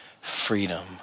freedom